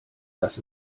das